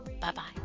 Bye-bye